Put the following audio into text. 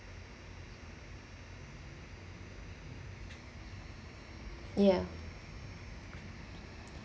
ya